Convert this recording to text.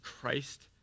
Christ